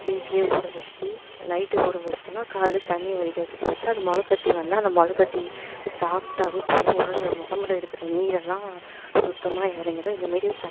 வீட்டில் ஊறவச்சு நைட்டு ஊறவச்சுட்டோனால் காலைல தண்ணியை வடிகட்டிட்டு வச்சால் அது மொளை கட்டி வந்தால் அந்த மொளை கட்டி சாப்பிட்டாவே போதும் உடலில் உடம்புல இருக்கிற நீரெல்லாம் சுத்தமாக இறங்கிடும் இந்தமாரி